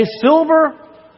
silver